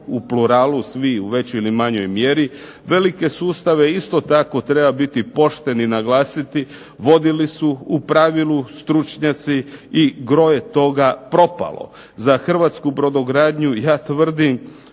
u pluralu, svi u većoj ili manjoj mjeri, velike sustave, isto tako treba biti pošten i naglasiti, vodili su u pravilu stručnjaci i gro je toga propalo. Za hrvatsku brodogradnju ja tvrdim